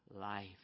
life